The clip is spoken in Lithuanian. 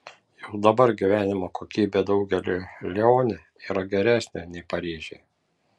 jau dabar gyvenimo kokybė daugeliui lione yra geresnė nei paryžiuje